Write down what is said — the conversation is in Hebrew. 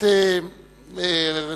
האי-אמון חבר הכנסת זאב בילסקי,